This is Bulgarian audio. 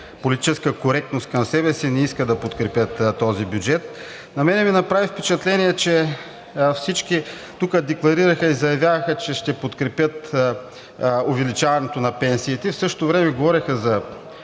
политическа коректност към себе си не искат да подкрепят този бюджет. На мен ми направи впечатление, че всички тук декларираха и заявяваха, че ще подкрепят увеличаването на пенсиите, в същото време говореха за